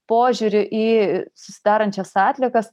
požiūriu į susidarančias atliekas